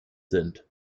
sind